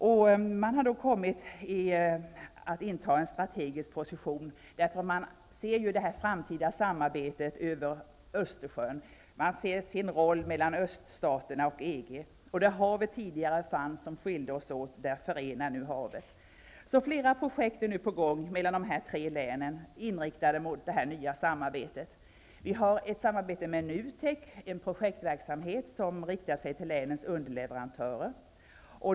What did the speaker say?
Länen har kommit att inta en strategisk position, där man ser det framtida samarbetet över Östersjön, där man ser sin roll mellan öststaterna och EG. Tidigare var havet ett band som skilde oss åt, men nu förenar det. Flera projekt som är inriktade mot detta nya samarbete är nu på gång och mellan de tre länen. Vi har ett samarbete med NUTEK, och det är en projektverksamhet som riktar sig till länens underleverantörer.